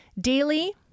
daily